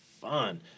fun